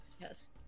Yes